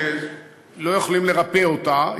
שלא יכולים לרפא אותה.